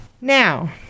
Now